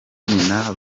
nyina